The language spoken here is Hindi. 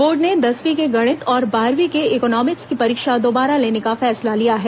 बोर्ड ने दसवीं के गणित और बारहवीं के इकोनॉमिक्स की परीक्षा दोबारा लेने का फैसला लिया है